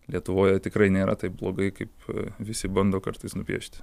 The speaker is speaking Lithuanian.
lietuvoje tikrai nėra taip blogai kaip visi bando kartais nupiešti